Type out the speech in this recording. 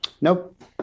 nope